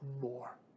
more